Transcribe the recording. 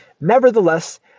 Nevertheless